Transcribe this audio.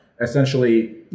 essentially